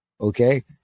Okay